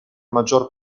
maggior